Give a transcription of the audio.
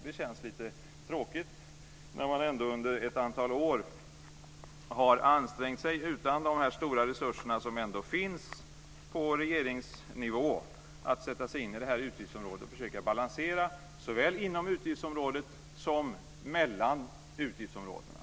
Det känns lite tråkigt när man under ett antal år, utan de stora resurser som finns på regeringsnivå, har ansträngt sig för att sätta sig in i det här utgiftsområdet och försöka balansera såväl inom utgiftsområdet som mellan utgiftsområdena.